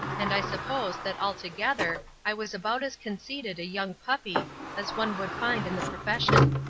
and i suppose that altogether i was about as conceited a young puppy as one would find in the profession.